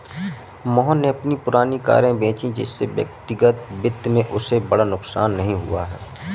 मोहन ने अपनी पुरानी कारें बेची जिससे व्यक्तिगत वित्त में उसे बड़ा नुकसान नहीं हुआ है